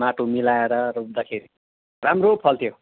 माटो मिलाएर रोप्दाखेरि राम्रो फल्थ्यो